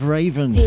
Raven